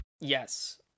Yes